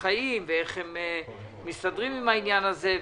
חיים ואיך הם מסתדרים עם העניין הזה.